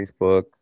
facebook